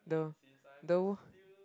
the the